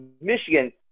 Michigan